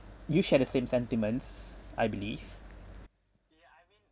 you share the same sentiments I believe